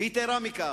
ויתירה מכך,